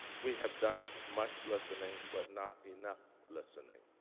we have done much listening, but not enough listening.